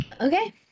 Okay